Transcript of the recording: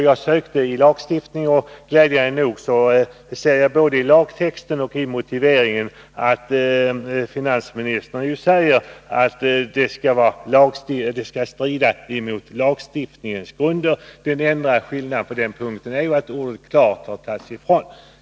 Jag sökte i skattelagstiftningen, och glädjande nog fann jag både i lagtexten och i motiveringen att finansministern säger att det skall vara fråga om ett förfarande som strider mot lagstiftningens grunder. Den enda ändringen som här har gjorts är att ordet ”klart” har strukits.